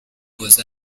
گذشت